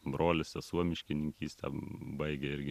brolis sesuo miškininkystę baigė irgi